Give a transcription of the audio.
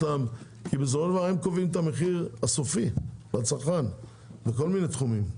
בסופו של דבר הם קובעים את המחיר הסופי לצרכן בכל מיני תחומים.